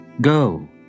Go